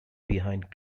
behind